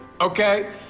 okay